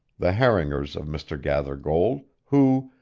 the haringers of mr. gathergold, who,